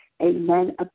Amen